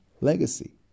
legacy